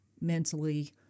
mentally